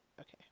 Okay